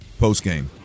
postgame